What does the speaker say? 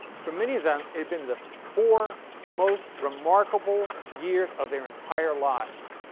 for many of them, it had been the four most remarkable years of their entire lives.